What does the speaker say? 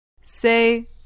Say